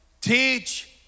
Teach